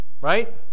Right